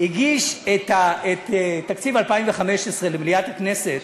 הגיש את תקציב 2015 למליאת הכנסת,